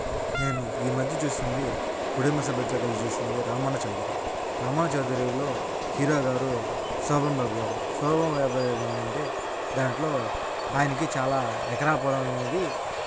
నేను ఈ మధ్య చూసింది కుటుంబ సభ్యులతో కలిసి చూసింది రామన్న చౌదరి రామాను చౌదరీలో హీరో గారు శోభన్ బాబు గారు శోభన్ గారు ఏందంటే దాంట్లో ఆయనకి చాలా ఎకరాల పొలమనేది